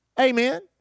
Amen